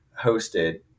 hosted